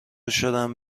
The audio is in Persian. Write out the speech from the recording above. شدم